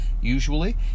usually